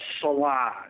salon